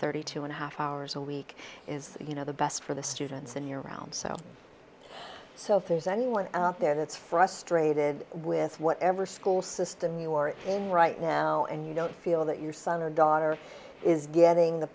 thirty two and a half hours a week is you know the best for the students in your round so so if there's anyone out there that's frustrated with whatever school system you're in right now and you don't feel that your son or daughter is getting the